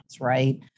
right